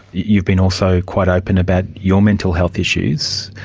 you've been also quite open about your mental health issues.